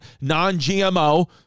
non-GMO